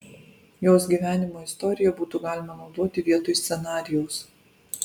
jos gyvenimo istoriją būtų galima naudoti vietoj scenarijaus